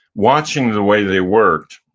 watching the way they worked,